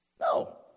No